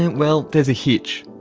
well, there's a hitch.